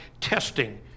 testing